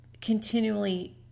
continually